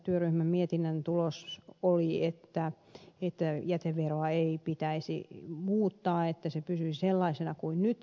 työryhmän mietinnän tulos oli että jäteveroa ei pitäisi muuttaa että se pysyisi sellaisena kuin nyt